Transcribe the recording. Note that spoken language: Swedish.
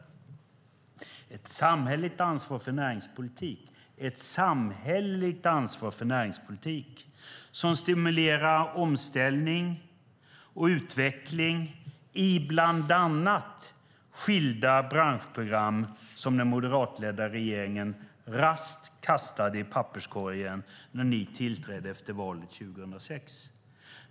Det handlade om ett samhälleligt ansvar och en näringspolitik som stimulerade omställning och utveckling, bland annat i skilda branschprogram, som den moderatledda regeringen raskt kastade i papperskorgen när den tillträdde efter valet 2006.